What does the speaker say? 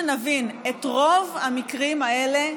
שנבין: את רוב המקרים האלה,